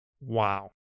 Wow